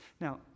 Now